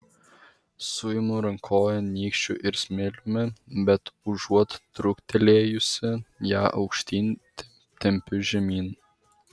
suimu rankovę nykščiu ir smiliumi bet užuot truktelėjusi ją aukštyn tempiu žemyn